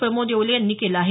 प्रमोद येवले यांनी केलं आहे